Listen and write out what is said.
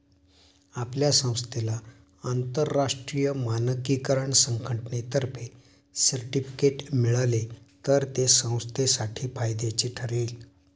आपल्या संस्थेला आंतरराष्ट्रीय मानकीकरण संघटनेतर्फे सर्टिफिकेट मिळाले तर ते संस्थेसाठी फायद्याचे ठरेल